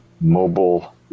mobile